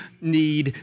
need